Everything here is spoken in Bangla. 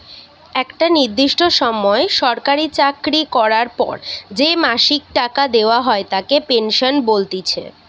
একটা নির্দিষ্ট সময় সরকারি চাকরি করার পর যে মাসিক টাকা দেওয়া হয় তাকে পেনশন বলতিছে